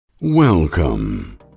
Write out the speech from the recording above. Welcome